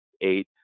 eight